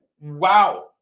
wow